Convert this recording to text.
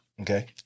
okay